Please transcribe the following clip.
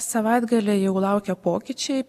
savaitgalį jau laukia pokyčiai